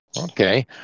Okay